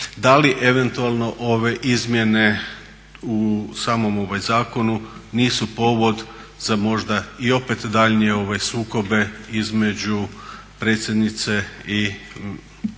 da li eventualno ove izmjene u samom zakonu nisu povod za možda i opet daljnje sukobe između predsjednice i premijera